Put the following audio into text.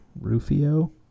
Rufio